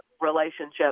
relationship